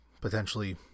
potentially